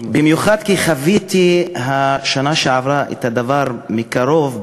במיוחד כי חוויתי בשנה שעברה את הדבר מקרוב.